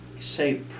say